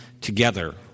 together